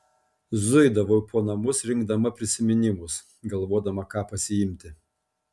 zuidavau po namus rinkdama prisiminimus galvodama ką pasiimti